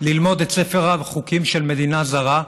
ללמוד את ספר החוקים של מדינה זרה,